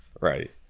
right